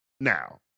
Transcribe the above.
now